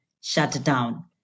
shutdown